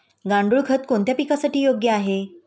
गांडूळ खत कोणत्या पिकासाठी योग्य आहे?